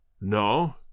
No